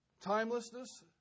Timelessness